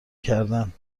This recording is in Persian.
کردن